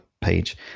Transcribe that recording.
page